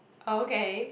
okay